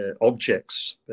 objects